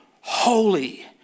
holy